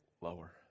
lower